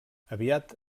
aviat